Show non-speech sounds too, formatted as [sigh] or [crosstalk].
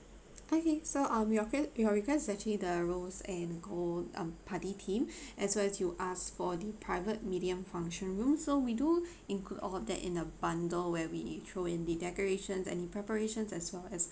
okay so uh your requ~ your request is actually the rose and gold um party theme [breath] as well as you ask for the private medium function room so we do include all of that in a bundle where we throw in the decorations any preparations as well as